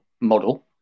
model